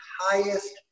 highest